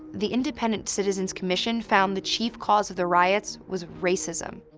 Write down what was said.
the independent citizen's commission found the chief cause of the riots was racism,